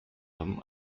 haben